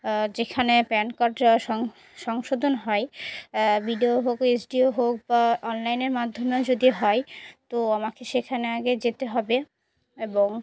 যেখানে pan card সং সংশোধন হয় বিডিও হোক এসডিও হোক বা অনলাইনের মাধ্যমেও যদি হয় তো আমাকে সেখানে আগে যেতে হবে এবং